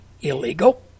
illegal